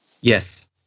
Yes